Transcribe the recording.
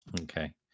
Okay